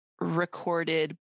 recorded